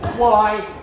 why?